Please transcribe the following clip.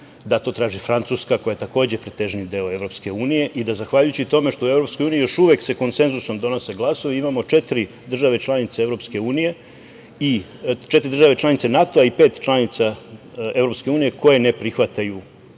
da to traži Francuska koja je takođe pretežni deo EU i da zahvaljujući tome što se u EU još uvek konsenzusom donose glasovi imamo četiri države članice NATO-a i pet članica EU koje ne prihvataju